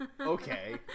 Okay